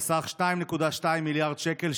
על סך 2.2 מיליארד שקל,